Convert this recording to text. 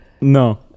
No